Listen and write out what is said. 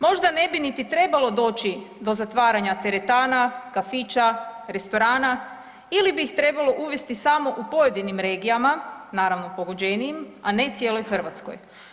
Možda ne bi niti trebalo doći do zatvaranja teretana, kafića, restorana ili bi ih trebalo uvesti samo u pojedinim regijama, naravno pogođenijim, a ne cijeloj Hrvatskoj.